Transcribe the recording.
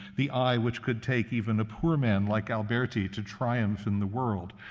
the eye, which could take even a poor man like alberti to triumph in the world.